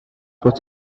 what